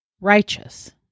righteous